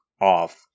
off